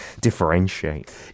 differentiate